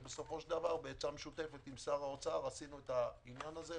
ובסופו של דבר בעצה משוצתפת עם שר האוצר עשינו את זה.